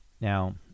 Now